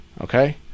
Okay